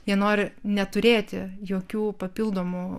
jie nori neturėti jokių papildomų